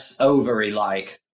ovary-like